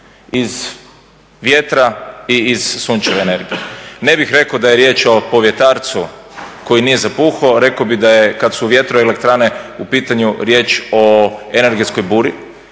iz vjetra i iz sunčeve energije. Ne bih rekao da je riječ o povjetarcu koji nije zapuhao, rekao bih da je kad su vjetro elektrane u pitanju riječ o energetskoj buri